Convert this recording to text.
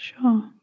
Sure